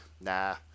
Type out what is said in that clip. nah